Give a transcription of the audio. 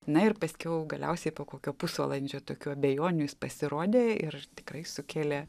na ir paskiau galiausiai po kokio pusvalandžio tokių abejonių jis pasirodė ir tikrai sukėlė